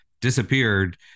disappeared